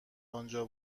انجا